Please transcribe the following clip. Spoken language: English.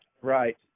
Right